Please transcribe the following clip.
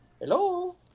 Hello